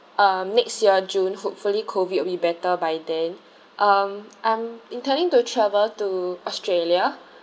um next year june hopefully COVID will be better by then um I'm intending to travel to australia